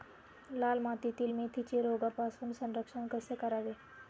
लाल मातीतील मेथीचे रोगापासून संरक्षण कसे करावे?